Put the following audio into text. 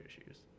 issues